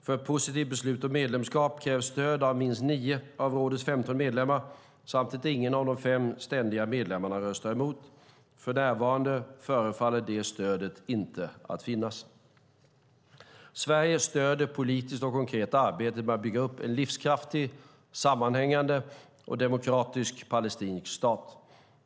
För ett positivt beslut om medlemskap krävs stöd av minst nio av rådets femton medlemmar och att ingen av de fem ständiga medlemmarna röstar mot. För närvarande förefaller det stödet inte att finnas. Sverige stöder politiskt och konkret arbetet med att bygga upp en livskraftig, sammanhängande och demokratisk palestinsk stat.